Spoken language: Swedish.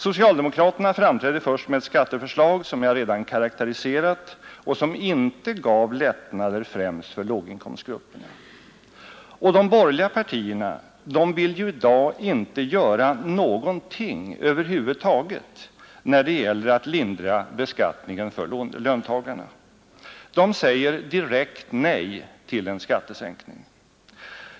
Socialdemokraterna framträdde först med ett skatteförslag, som jag redan karakteriserat och som inte gav lättnader främst för låginkomstgrupperna. Och de borgerliga partierna vill ju i dag inte göra någonting över huvud taget när det gäller att lindra beskattningen för löntagarna. De säger direkt nej till en skattesänkning.